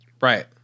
Right